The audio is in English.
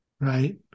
Right